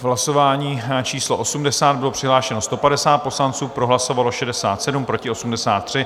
Hlasování číslo 80, bylo přihlášeno 150 poslanců, pro hlasovalo 67, proti 83.